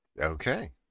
Okay